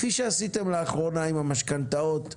כפי שעשיתם לאחרונה עם המשכנתאות ביוזמתכם,